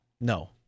No